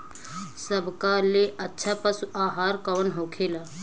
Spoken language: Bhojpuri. सबका ले अच्छा पशु आहार कवन होखेला?